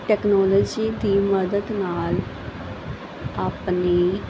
technology ਦੀ ਮਦਦ ਨਾਲ ਆਪਣੇ